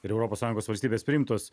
ir europos sąjungos valstybės priimtos